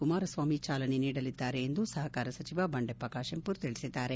ಕುಮಾರ ಸ್ವಾಮಿ ಚಾಲನೆ ನೀಡಲಿದ್ದಾರೆ ಎಂದು ಸಹಕಾರ ಸಚಿವ ಬಂಡೆಪ್ಪ ಕಾಶೆಂಪೂರ್ ತಿಳಿಸಿದ್ದಾರೆ